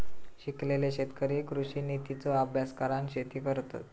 शिकलेले शेतकरी कृषि नितींचो अभ्यास करान शेती करतत